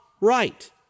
right